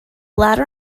ladder